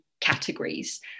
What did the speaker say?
categories